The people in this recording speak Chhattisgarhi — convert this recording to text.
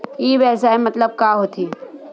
ई व्यवसाय मतलब का होथे?